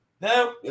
No